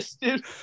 dude